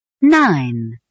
Nine